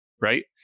right